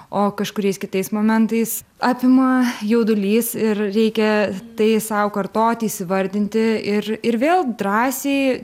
o kažkuriais kitais momentais apima jaudulys ir reikia tai sau kartoti įsvardinti ir ir vėl drąsiai